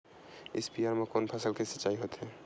स्पीयर म कोन फसल के सिंचाई होथे?